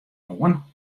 moarn